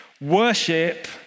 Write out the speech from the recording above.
Worship